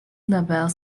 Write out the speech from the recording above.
labelle